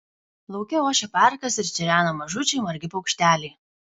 lauke ošė parkas ir čireno mažučiai margi paukšteliai